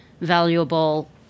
valuable